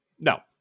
No